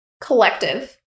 collective